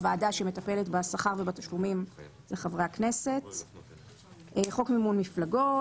הוועדה שמטפלת בשכר ובתשלומים של חברי הכנסת "חוק מימון מפלגות"